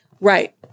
Right